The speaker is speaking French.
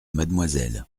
mademoiselle